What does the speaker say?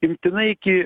imtinai iki